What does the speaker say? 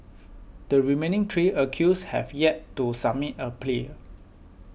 the remaining three accused have yet to submit a plea